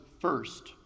first